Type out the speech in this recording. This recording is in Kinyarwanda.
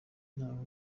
nawe